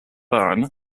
byrne